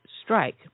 strike